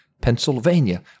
Pennsylvania